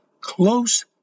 close